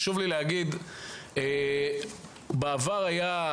חשוב לי להגיד שבעבר היתה,